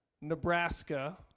Nebraska